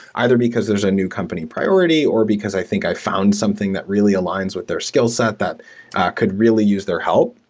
either because there's a new company prior ity or because i think i found something that really al igns with their skillset that could really use their help.